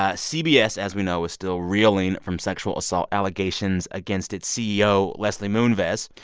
ah cbs, as we know, is still reeling from sexual assault allegations against its ceo, leslie moonves.